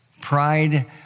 Pride